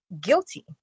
guilty